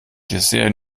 dessert